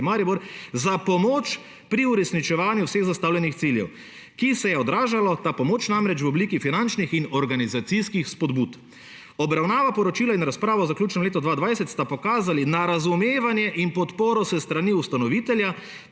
za pomoč pri uresničevanju vseh zastavljenih ciljev, ki se je odražala,« ta pomoč namreč, »v obliki finančnih in organizacijskih spodbud. Obravnava poročila in razprava o zaključenem letu 2020 sta pokazali na razumevanje in podporo s strani ustanovitelja